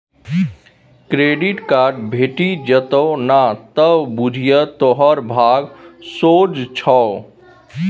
credit card भेटि जेतउ न त बुझिये तोहर भाग सोझ छौ